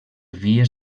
vies